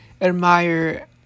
admire